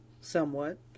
somewhat